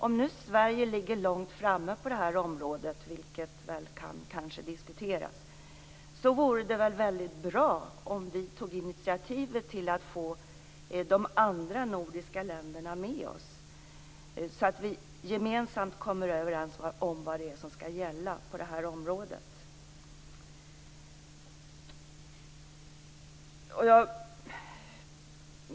Om nu Sverige ligger långt framme på det här området, vilket kanske kan diskuteras, vore det väl väldigt bra om vi tog initiativet till att få de andra nordiska länderna med oss så att vi gemensamt kommer överens om vad det är som skall gälla på det här området.